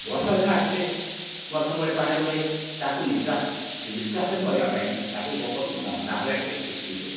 ବର୍ଷାଦିନ ଆସିଲେ ଗଛମୂଳେ ପାଣି ରୁହେ ତାକୁ ନିଷ୍କାସନ କରିବା ପାଇଁ ତାକୁ କ'ଣ କରୁ ମନ୍ଦା ଭଳି ଟିକିଏ ଟେକି ଦେଉ